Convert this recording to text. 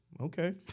Okay